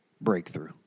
breakthrough